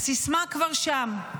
הסיסמה כבר שם.